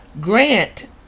Grant